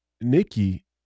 Nikki